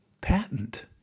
patent